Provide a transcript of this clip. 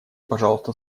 пожалуйста